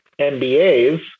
MBAs